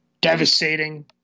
devastating